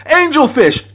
angelfish